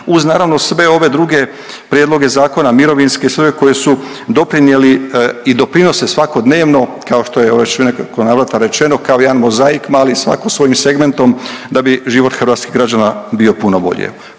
uz naravno sve ove druge prijedloge zakona mirovinski i sve koji su doprinijeli i doprinose svakodnevno kao što je već u nekoliko navrata rečeno kao jedan mozaik mali svako svojim segmentom da bi život hrvatskih građana bio puno bolji.